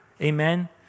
Amen